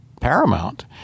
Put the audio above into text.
paramount